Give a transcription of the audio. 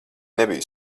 nebiju